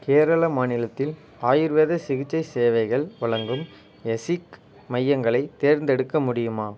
கேரளா மாநிலத்தில் ஆயுர்வேத சிகிச்சை சேவைகள் வழங்கும் எஸிக் மையங்களை தேர்ந்தெடுக்க முடியுமா